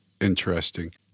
interesting